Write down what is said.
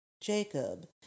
Jacob